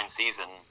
season